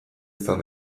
izan